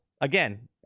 again